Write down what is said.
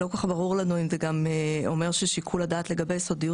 לא כל כך ברור לנו אם זה גם אומר ששיקול הדעת לגבי סודיות,